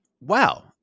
Wow